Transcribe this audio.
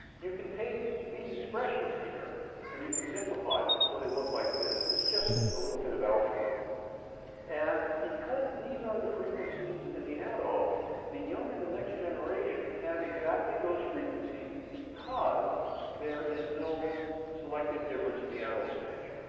you can take these expressions here and you can simplify them so they look like this it's just a little bit of algebra and because these are the frequencies in the adults, the young in the next generation have exactly those frequencies, because there is no selective difference in the adult stage.